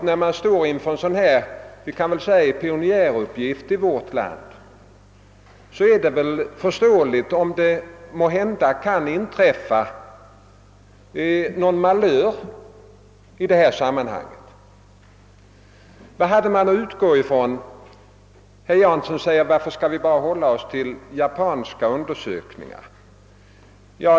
När man står inför en sådan pionjäruppgift är det väl förståeligt om det kan inträffa någon malör i sammanhanget. Vad har man att utgå från? Herr Jansson undrar varför man skall hålla sig enbart till japanska undersökningar.